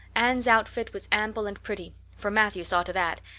anne's outfit was ample and pretty, for matthew saw to that,